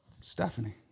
Stephanie